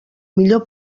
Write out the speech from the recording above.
millor